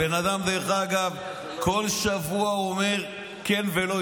הבן אדם, דרך אגב, כל שבוע הוא אומר כן ולא.